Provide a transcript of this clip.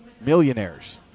millionaires